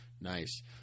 nice